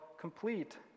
complete